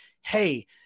hey